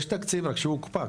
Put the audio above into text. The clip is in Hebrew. יש תקציב, רק שהוא הוקפא.